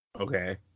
Okay